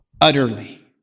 Utterly